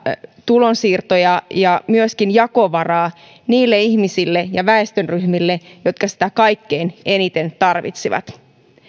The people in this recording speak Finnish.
tulonsiirtoja ja myöskin jakovaraa niille ihmisille ja väestöryhmille jotka sitä kaikkein eniten tarvitsevat